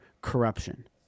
corruption